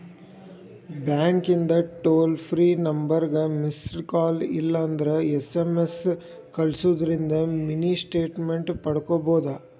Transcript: ಬ್ಯಾಂಕಿಂದ್ toll free ನಂಬರ್ಗ missed call ಇಲ್ಲಂದ್ರ ಎಸ್.ಎಂ.ಎಸ್ ಕಲ್ಸುದಿಂದ್ರ ಮಿನಿ ಸ್ಟೇಟ್ಮೆಂಟ್ ಪಡ್ಕೋಬೋದು